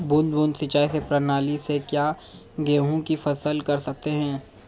बूंद बूंद सिंचाई प्रणाली से क्या गेहूँ की फसल कर सकते हैं?